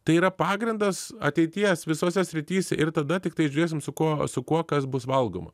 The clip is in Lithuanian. tai yra pagrindas ateities visose srityse ir tada tiktai žiūrėsim su kuo su kuo kas bus valgoma